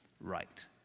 right